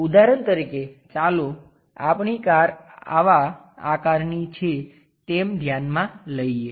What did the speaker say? ઉદાહરણ તરીકે ચાલો આપણી કાર આવાં આકારની છે તેમ ધ્યાનમાં લઈએ